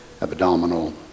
abdominal